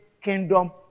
kingdom